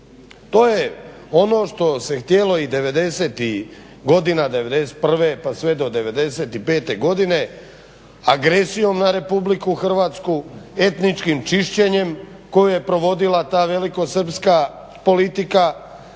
To je ono što se htjelo i '90.-tih godina, '91. pa sve do '95. godine agresijom na Republiku Hrvatsku, etničkim čišćenjem koje je provodila ta velikosrpska politika,